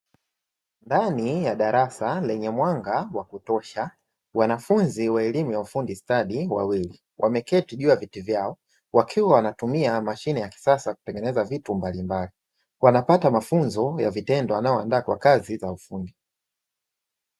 Ndani ya darasa lenye mwanga wa kutosha, wanafunzi wa elimu ya ufundi stadi wawili wameketi juu ya viti vyao. Wakiwa wanatumia mashine ya kisasa kutengeneza vitu mbalimbali, wanapata mafunzo ya vitendo yanayowaandaa kwa kazi za ufundi.